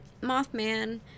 Mothman